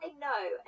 no